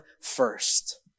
first